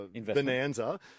bonanza